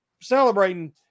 celebrating